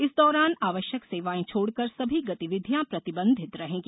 इस दौरान आवश्यक सेवाएं छोड़कर सभी गतिविधियां प्रतिबंधित रहेगी